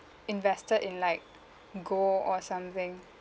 invested in like gold or something